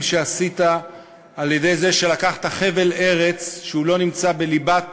שעשית על-ידי זה שלקחת חבל ארץ שלא נמצא בליבת